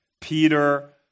Peter